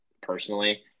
personally